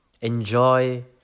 enjoy